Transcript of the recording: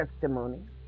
testimony